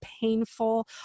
painful